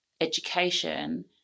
education